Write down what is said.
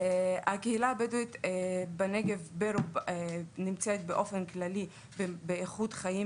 הקהילה הבדואית בנגב נמצאת באופן כללי באיכות חיים